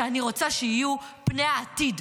שאני רוצה שיהיו פני העתיד,